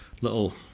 little